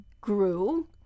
grew